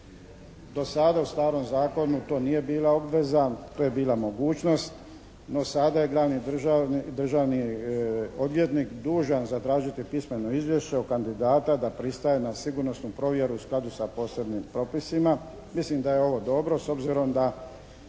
Do sada u starom zakonu to nije bila obveza. To je bila mogućnost, no sada je glavni državni odvjetnik dužan zatražiti pismeno izvješće od kandidata da pristaje na sigurnosnu provjeru u skladu sa posebnim propisima. Mislim da je ovo dobro s obzirom da